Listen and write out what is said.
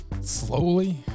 Slowly